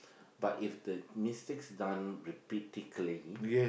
but if the mistakes done repeatedly